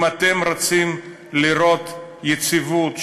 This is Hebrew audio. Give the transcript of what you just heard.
אם אתם רוצים לראות יציבות,